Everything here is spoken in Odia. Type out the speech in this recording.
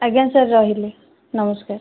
ଆଜ୍ଞା ସାର୍ ରହିଲି ନମସ୍କାର